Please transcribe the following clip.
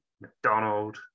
McDonald